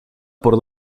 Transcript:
por